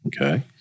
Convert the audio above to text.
Okay